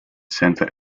center